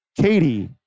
Katie